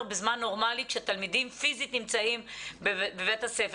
בזמן נורמלי כשהתלמידים פיזית נמצאים בבית הספר.